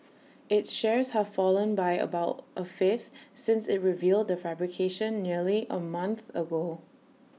its shares have fallen by about A fifth since IT revealed the fabrication nearly A month ago